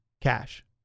Cash